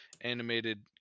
animated